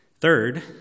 Third